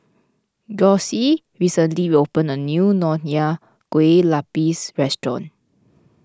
Gussie recently opened a new Nonya Kueh Lapis Restaurant